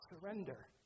surrender